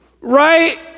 Right